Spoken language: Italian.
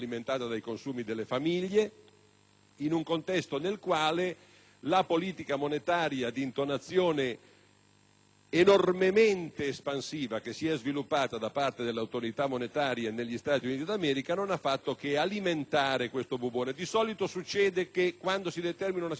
in un contesto nel quale la politica monetaria di intonazione enormemente espansiva delle autorità monetarie negli Stati Uniti d'America non ha fatto che alimentare questo bubbone. Di solito, succede che quando si determina una situazione di questo tipo si alzano i prezzi